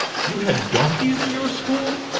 you had donkeys in your school?